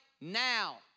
now